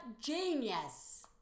genius